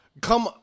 come